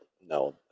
no